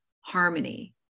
harmony